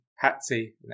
Patsy